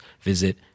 visit